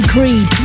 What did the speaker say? Creed